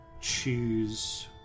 choose